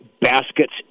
baskets